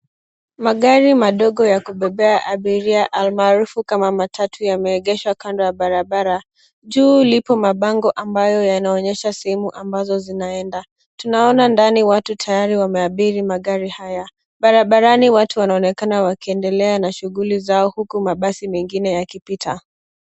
Magari madogo ya kubebea abiria almaarufu kama matatu yameegeshwa kando ya barabara. Juu lipo mabango ambayo yanaonyesha sehemu ambazo zinaenda. Tunaona ndani watu tayari wameabiri magari haya. Barabarani watu wanaonekana wakiendelea na shughuli zao huku mabasi mengine yakipita.